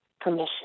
permission